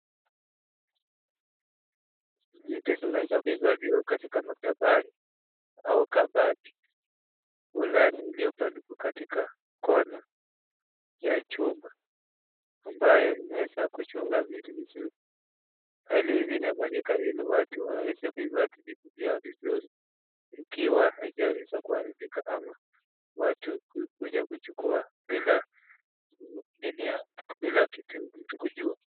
Vitu zimeweza kuhifadhiwa katika maktaba au kabati fulani iliyopandikwa katika corner ya chumba ambayo inaweza kuchunga vitu vizuri. Hali hivi inafanyika ili watu waweze kuhifadhi vitu vyao vizuri ikiwa haijaweza kuharibika ama watu kuja kuchukua bila bila kitu mtu kujua.